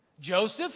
Joseph